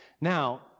Now